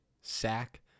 sack